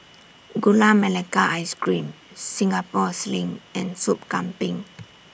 Gula Melaka Ice Cream Singapore Sling and Soup Kambing